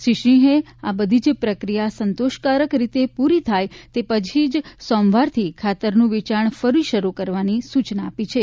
શ્રી સિંહે આ બધી જ પ્રક્રિયા સંતોષકારક રીતે પૂરી થાય તે પછી જ સોમવારથી ખાતરનું વેચાણ ફરી શરૂ કરવાની સૂચના આપી છે